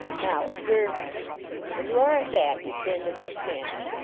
now, observe me when you are at bat you stand in this manner.